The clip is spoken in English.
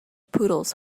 poodles